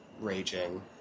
raging